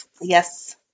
Yes